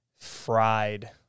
fried